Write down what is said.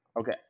Okay